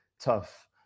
tough